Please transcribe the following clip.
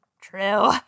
True